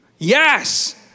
Yes